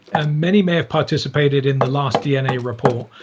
and many may have participated in the last dna report.